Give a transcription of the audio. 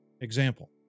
Example